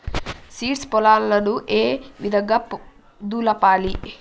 Seeds పొలాలను ఏ విధంగా దులపాలి?